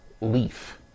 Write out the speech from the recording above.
leaf